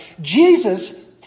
Jesus